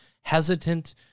hesitant